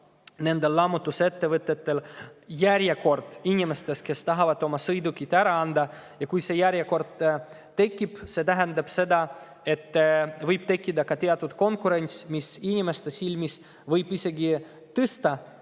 see, et lammutusettevõtetel hakkab olema järjekord inimestest, kes tahavad oma sõidukit ära anda. Ja kui see järjekord tekib, siis see tähendab, et võib tekkida ka teatud konkurents, mis inimeste silmis võib isegi tõsta